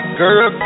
girl